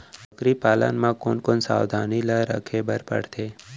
बकरी पालन म कोन कोन सावधानी ल रखे बर पढ़थे?